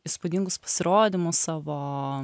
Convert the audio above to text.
įspūdingus pasirodymus savo